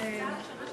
שעוברת?